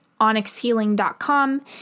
OnyxHealing.com